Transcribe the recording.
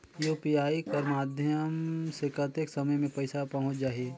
UPI कर माध्यम से कतेक समय मे पइसा पहुंच जाहि?